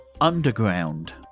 Underground